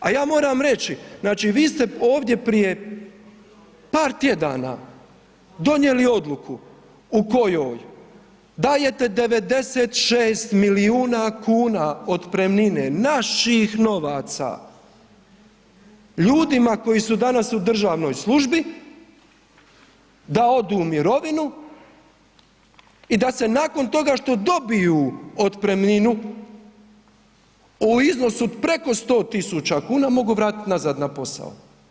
A ja moram reći, znači vi ste ovdje prije par tjedana donijeli odluku u kojoj dajete 96 milijuna kuna otpremnine naših novaca ljudima koji su danas u državnoj službi da odu u mirovinu i da se nakon toga što dobiju otpremninu u iznosu od preko 100.000 kuna mogu vratiti nazad na posao.